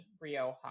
Rioja